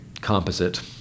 composite